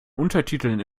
untertiteln